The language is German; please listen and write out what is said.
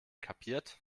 kapiert